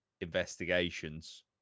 investigations